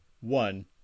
one